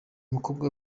mukobwa